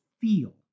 feel